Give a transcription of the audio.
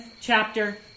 chapter